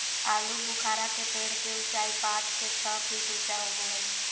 आलूबुखारा के पेड़ के उचाई पांच से छह फीट ऊँचा होबो हइ